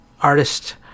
artist